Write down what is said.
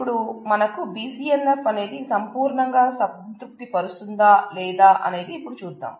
ఇపుడు మనకు BCNF అనేది సంపూర్ణంగా సంతృప్తి పరుస్తుందా లేదా అనేది ఇపుడు చూద్దాం